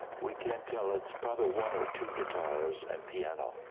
we can't tell, it's probably one or two guitars, and piano.